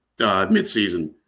midseason